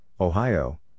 Ohio